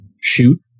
shoot